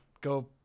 go